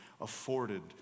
afforded